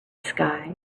sky